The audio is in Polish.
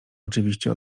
oczywiście